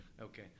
Okay